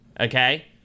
okay